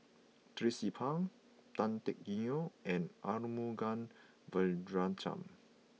Tracie Pang Tan Teck Neo and Arumugam Vijiaratnam